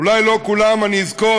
אולי לא את כולם אני אזכור,